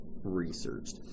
researched